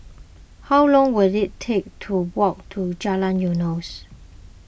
how long will it take to walk to Jalan Eunos